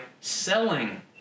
selling